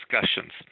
discussions